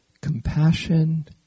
compassion